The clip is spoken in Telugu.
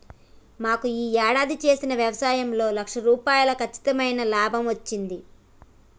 మాకు యీ యేడాది చేసిన యవసాయంలో లక్ష రూపాయలు కచ్చితమైన లాభమచ్చింది